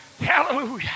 Hallelujah